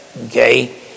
Okay